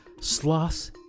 Sloths